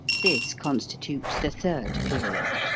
this constitutes the third period.